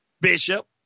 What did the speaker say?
bishop